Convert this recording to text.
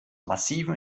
massivem